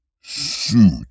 suit